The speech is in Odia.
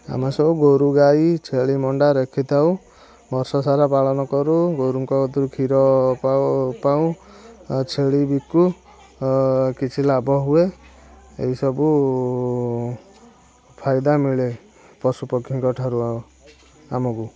ଆମେ ସବୁ ଗୋରୁଗାଈ ଛେଳି ମେଣ୍ଢା ରଖିଥାଉ ବର୍ଷ ସାରା ପାଳନକରୁ ଗୋରୁଙ୍କ କତୁରୁ କ୍ଷୀର ପାଉ ପାଉ ଛେଳି ବିକୁ କିଛି ଲାଭହୁଏ ଏଇସବୁ ଫାଇଦା ମିଳେ ପଶୁପକ୍ଷୀଙ୍କ ଠାରୁ ଆମକୁ